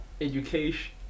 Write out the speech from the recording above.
education